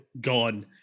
Gone